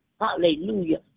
Hallelujah